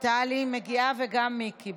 טלי מגיעה, וגם מיקי.